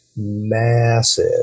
massive